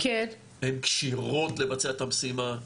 הן כשירות לבצע את המשימה,